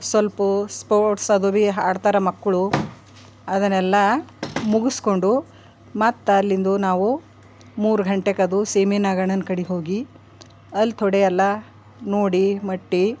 ಸ್ವಲ್ಪ ಸ್ಪೋರ್ಟ್ಸ್ ಅದು ಬಿ ಆಡ್ತಾರ ಮಕ್ಕಳು ಅದನ್ನೆಲ್ಲ ಮುಗಿಸ್ಕೊಂಡು ಮತ್ತಲ್ಲಿಂದ ನಾವು ಮೂರು ಘಂಟೆಕದು ಸೀಮೆನಾಗಣ್ಣನ ಕಡೆ ಹೋಗಿ ಅಲ್ಲಿ ಥೋಡೆ ಎಲ್ಲ ನೋಡಿ ಮಟ್ಟಿ